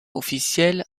officielle